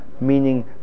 meaning